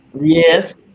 yes